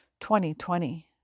2020